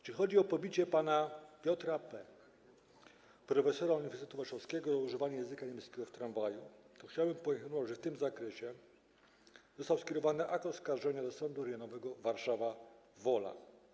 Jeśli chodzi o pobicie pana Piotra P., profesora Uniwersytetu Warszawskiego, o używanie języka niemieckiego w tramwaju, to chciałbym poinformować, że w tym zakresie został skierowany akt oskarżenia do Sądu Rejonowego dla Warszawy-Woli.